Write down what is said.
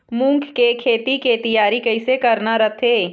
मूंग के खेती के तियारी कइसे करना रथे?